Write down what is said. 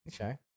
Okay